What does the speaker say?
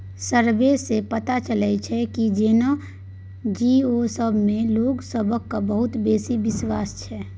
survey सँ पता चलले ये की जे एन.जी.ओ सब मे लोक सबहक बहुत बेसी बिश्वास छै